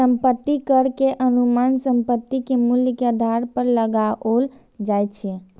संपत्ति कर के अनुमान संपत्ति के मूल्य के आधार पर लगाओल जाइ छै